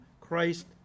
Christ